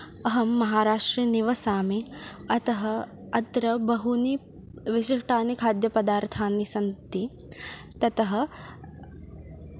अहं महाराष्ट्रे निवसामि अतः अत्र बहूनि विशिष्टानि खाद्यपदार्थानि सन्ति ततः